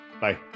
Bye